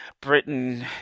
Britain